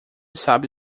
sabe